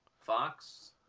Fox